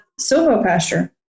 Silvopasture